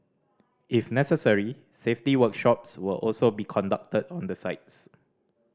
if necessary safety workshops will also be conducted on the sites